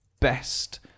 best